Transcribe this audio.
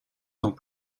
dans